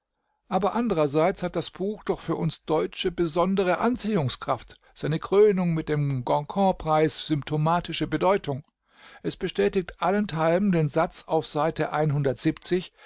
aber andererseits hat das buch doch für uns deutsche besondere anziehungskraft seine krönung mit dem goncourt-preis symptomatische bedeutung es bestätigt allenthalben den satz auf seite